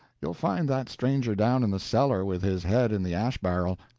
you'll find that stranger down in the cellar with his head in the ash-barrel.